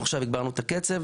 אנחנו עכשיו הגברנו את הקצב.